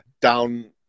down